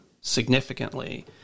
significantly